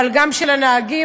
אבל גם של הנהגים.